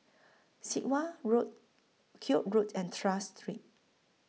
Sit Wah Road Koek Road and Tras Street